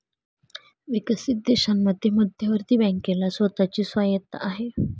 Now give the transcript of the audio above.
विकसित देशांमध्ये मध्यवर्ती बँकेला स्वतः ची स्वायत्तता आहे